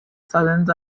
salons